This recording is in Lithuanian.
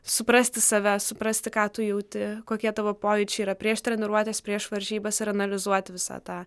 suprasti save suprasti ką tu jauti kokie tavo pojūčiai yra prieš treniruotes prieš varžybas ir analizuoti visą tą